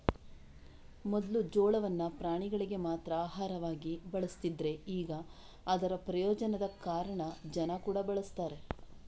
ಮೊದ್ಲು ಜೋಳವನ್ನ ಪ್ರಾಣಿಗಳಿಗೆ ಮಾತ್ರ ಆಹಾರವಾಗಿ ಬಳಸ್ತಿದ್ರೆ ಈಗ ಅದರ ಪ್ರಯೋಜನದ ಕಾರಣ ಜನ ಕೂಡಾ ಬಳಸ್ತಾರೆ